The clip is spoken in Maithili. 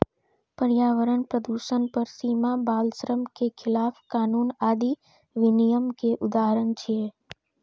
पर्यावरण प्रदूषण पर सीमा, बाल श्रम के खिलाफ कानून आदि विनियम के उदाहरण छियै